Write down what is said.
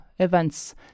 events